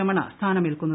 Ramana സ്ഥാനമേൽക്കുന്നത്